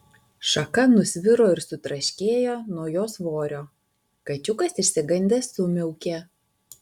šaka nusviro ir sutraškėjo nuo jo svorio kačiukas išsigandęs sumiaukė